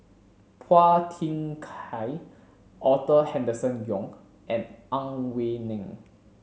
Phua Thin Kiay Arthur Henderson Young and Ang Wei Neng